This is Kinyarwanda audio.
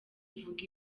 uvuga